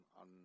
on